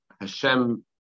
Hashem